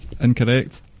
Incorrect